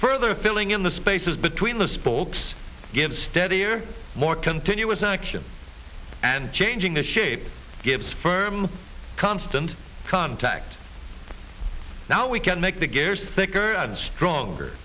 further filling in the spaces between the spokes give steadier more continuous action and changing the shape gives firm constant contact now we can make the gears thicker and stronger